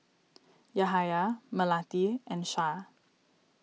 Yahaya Melati and Shah